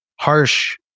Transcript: harsh